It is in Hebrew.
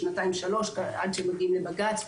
שנתיים-שלוש עד שמגיעים לבג"ץ,